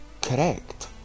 correct